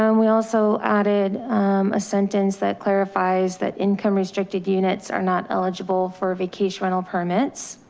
um we also added a sentence that clarifies that income restricted units are not eligible for vacation rental permits.